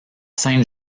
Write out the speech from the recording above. sainte